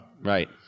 right